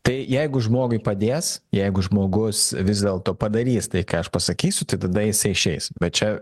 tai jeigu žmogui padės jeigu žmogus vis dėlto padarys tai ką aš pasakysiu tai tada jisai išeis bet čia